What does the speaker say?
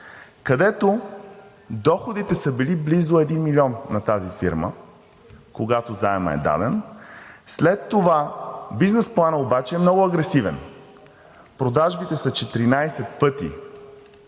където доходите са били близо 1 милион на тази фирма, когато заемът е даден, след това бизнес планът обаче е много агресивен. Продажбите са 14 пъти